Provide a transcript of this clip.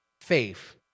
faith